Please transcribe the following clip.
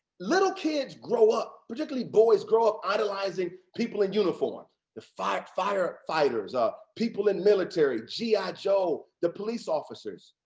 little kids grow up, particularly boys grow up idolizing people in uniform the fire fire fighters, people in military, gi ah joe, the police officers.